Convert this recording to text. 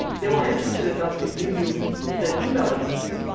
they were interested enough to give you the email address.